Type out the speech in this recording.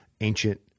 ancient